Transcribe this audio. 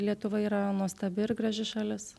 lietuva yra nuostabi ir graži šalis